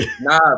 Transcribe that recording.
Nah